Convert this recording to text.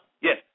Yes